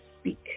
speak